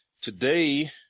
today